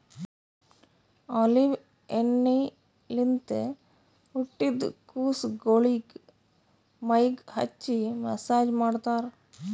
olive ಎಣ್ಣಿಲಿಂತ್ ಹುಟ್ಟಿದ್ ಕುಸಗೊಳಿಗ್ ಮೈಗ್ ಹಚ್ಚಿ ಮಸ್ಸಾಜ್ ಮಾಡ್ತರ್